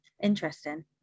interesting